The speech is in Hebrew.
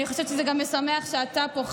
אני חושבת שזה משמח שגם אתה פה,